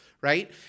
right